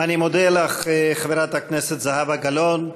אני מודה לך, חברת הכנסת זהבה גלאון.